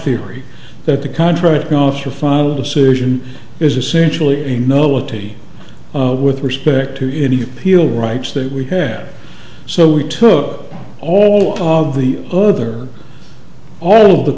theory that the contract off your final decision is essentially a no a t with respect to any appeal rights that we have so we took all of the other all of the